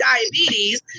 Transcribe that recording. diabetes